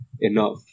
enough